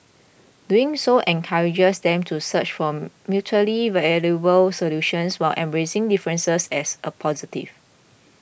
doing so encourages them to search for mutually valuable solutions while embracing differences as a positive